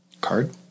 Card